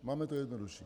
Máme to jednodušší.